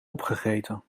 opgegeten